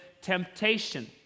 temptation